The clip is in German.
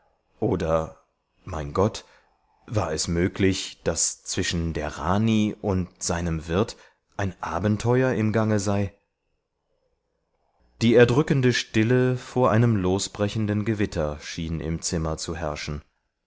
oder mein gott war es möglich daß zwischen der rani und seinem wirt ein abenteuer im gange sei die erdrückende stille vor einem losbrechenden gewitter schien im zimmer zu herrschen